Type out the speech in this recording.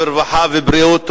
הרווחה והבריאות.